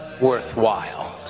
worthwhile